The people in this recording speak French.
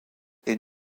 est